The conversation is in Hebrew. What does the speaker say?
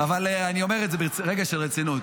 אבל אני אומר את זה ברגע של רצינות.